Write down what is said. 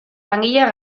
langileak